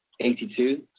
82